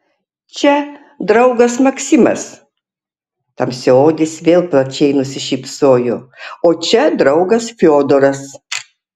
čia draugas maksimas tamsiaodis vėl plačiai nusišypsojo o čia draugas fiodoras